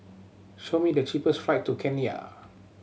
show me the cheapest flight to Kenya